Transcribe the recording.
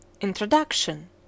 Introduction